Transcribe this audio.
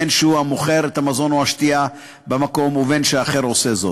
בין שהוא מוכר את המזון או השתייה במקום ובין שאחר עושה זאת.